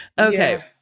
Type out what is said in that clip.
Okay